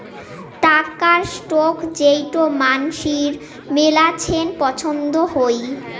টাকার স্টক যেইটো মানসির মেলাছেন পছন্দ হই